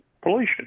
pollution